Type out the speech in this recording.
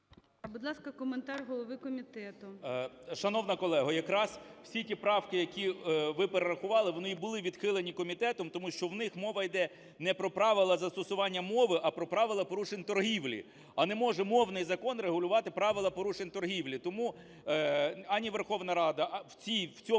Будь ласка, коментар голови комітету.